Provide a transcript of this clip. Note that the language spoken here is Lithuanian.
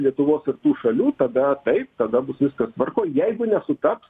lietuvos ir tų šalių tada taip tada bus viskas tvarkoj jeigu nesutaps